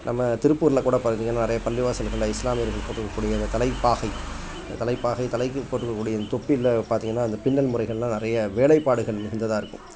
நம்ம திருப்பூரில் கூட பார்த்திங்கன்னா நிறைய பள்ளிவாசல்களில் இஸ்லாமியர்கள் போட்டுக்கக்கூடிய அந்த தலைப்பாகை இந்த தலைப்பாகை தலைக்கு போட்டுக்கக்கூடிய இந்த தொப்பியில் பார்த்திங்கன்னா அந்த பின்னல் முறைகளெலாம் நிறையா வேலைப்பாடுகள் மிகுந்ததாக இருக்கும்